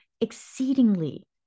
exceedingly